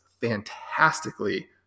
fantastically